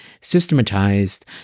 systematized